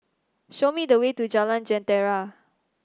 show me the way to Jalan Jentera